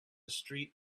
street